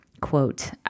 quote